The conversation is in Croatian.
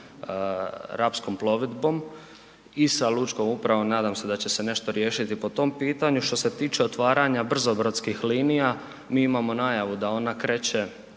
i sa lučkom upravom, nadam se da će se nešto riješiti po tom pitanju. Što se tiče otvaranja brzo brodskih linija, mi imamo najavu da ona kreće